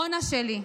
רונה שלי,